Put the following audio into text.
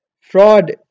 Fraud